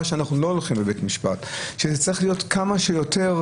שאנחנו לא הולכים לבית המשפט וזה צריך להיות כמה שיותר